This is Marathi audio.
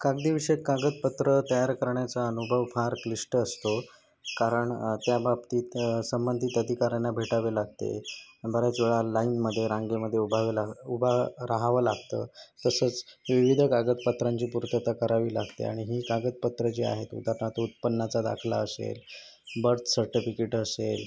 कागदी विषयक कागदपत्र तयार करण्याचा अनुभव फार क्लिष्ट असतो कारण त्याबाबतीत संबंधित अधिकाऱ्यांना भेटावे लागते बऱ्याचवेळा लाईनमध्ये रांगेमध्ये उभावे लाग उभा राहावं लागतं तसेच विविध कागदपत्रांची पूर्तता करावी लागते आणि ही कागदपत्रं जी आहेत उदाहरणार्थ उत्पन्नाचा दाखला असेल बर्थ सर्टफिकेटं असेल